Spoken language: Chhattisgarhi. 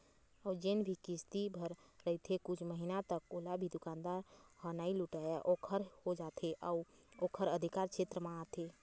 अउ जेन भी किस्ती भर रहिथे कुछ महिना तक ओला भी दुकानदार ह नइ लहुटाय ओखर हो जाथे यहू ओखर अधिकार छेत्र म आथे